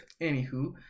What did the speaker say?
Anywho